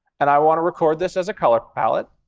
and i want to record this as a color palette,